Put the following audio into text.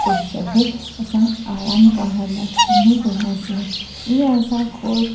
पोइ सभु असां आराम करण लाए सुम्ही पयासी ईंअ असां खो